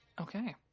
Okay